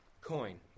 coin